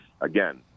again